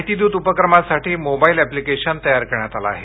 माहितीदूत उपक्रमासाठी mobile application तयार करण्यात आले आहे